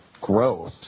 growth